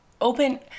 open